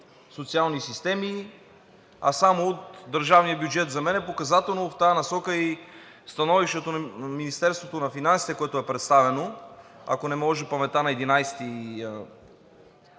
социални системи, а само от държавния бюджет. За мен е показателно в тази насока и становището на Министерството на финансите, което е представено, ако не ме лъже паметта, на 11